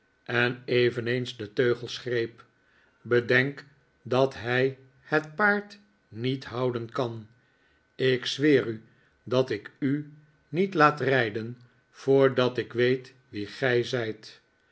en eveneens de teugels greep bedenk dat hij het paard niet houden kan ik zweer u dat ik u niet laat rijden voordat ik weet wie gij zijt